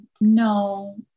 no